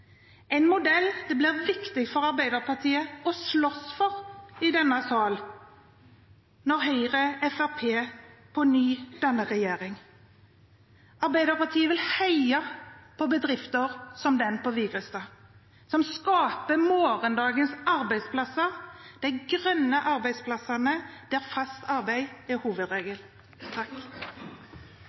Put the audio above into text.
en modell det blir viktig for Arbeiderpartiet å slåss for i denne sal når Høyre og Fremskrittspartiet på ny danner regjering. Arbeiderpartiet vil heie på bedrifter som den på Vigrestad, som skaper morgendagens arbeidsplasser – de grønne arbeidsplassene der fast arbeid er